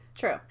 True